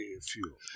Fuel